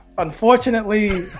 Unfortunately